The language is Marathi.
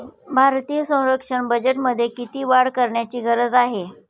भारतीय संरक्षण बजेटमध्ये किती वाढ करण्याची गरज आहे?